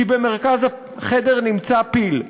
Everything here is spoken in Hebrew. כי במרכז החדר נמצא פיל.